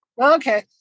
Okay